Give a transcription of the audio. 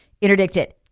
interdicted